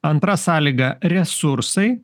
antra sąlyga resursai